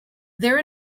their